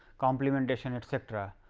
complementation, etcetera.